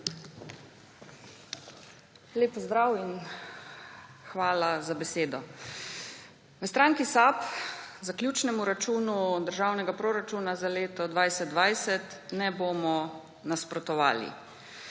Lep pozdrav in hvala za besedo. V SAB zaključnemu računu državnega proračuna za leto 2020 ne bomo nasprotovali.